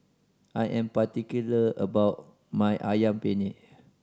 I am particular about my Ayam Penyet